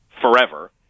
forever